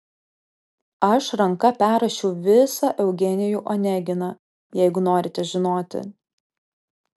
aš ranka perrašiau visą eugenijų oneginą jeigu norite žinoti